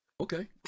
Okay